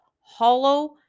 hollow